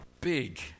big